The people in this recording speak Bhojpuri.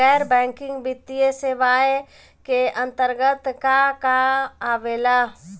गैर बैंकिंग वित्तीय सेवाए के अन्तरगत का का आवेला?